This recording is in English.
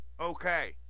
Okay